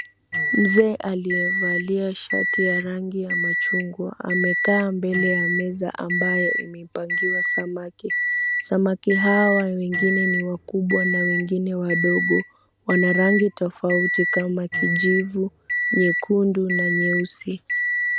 Mzee aliyevalia shati ya rangi ya machungwa amekaa mbele ya meza ambayo imebagiwa samaki. Samaki hawa wengine ni wakubwa na wengine wadogo. Wana rangi tofauti kama kijivu, nyekundu na nyeusi.